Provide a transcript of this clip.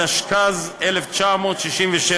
התשכ"ז 1967,